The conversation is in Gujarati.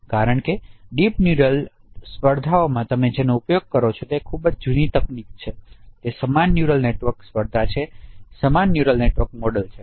કારણ કે ડીપ ન્યુરલ સ્પર્ધાઓમાં તમે જેનો ઉપયોગ કરો છો તે ખૂબ જ જૂની તકનીક છે તે સમાન ન્યુરલ નેટવર્ક સ્પર્ધા છે તે સમાન ન્યુરલ નેટવર્ક મોડેલ છે